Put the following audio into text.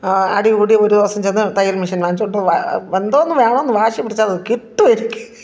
അടികൂടി ഒരു ദിവസം ചെന്ന് തയ്യൽ മെഷൻ വാങ്ങിച്ചോണ്ട് എന്തോന്ന് വേണമെന്ന് വാശിപിടിച്ചാല് അത് കിട്ടുമെനിക്ക്